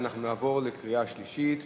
ואנחנו נעבור לקריאה השלישית.